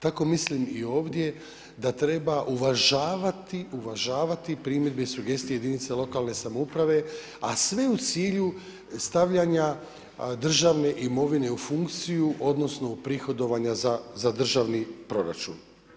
Tako mislim i ovdje da treba uvažavati, uvažavati primjedbe i sugestije jedinica lokalne samouprave a sve u cilju stavljanja državne imovine u funkciju odnosno u prihodovanja za državni proračun.